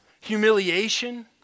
humiliation